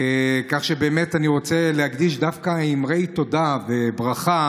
כך שבאמת אני רוצה להקדיש דווקא אמרי תודה וברכה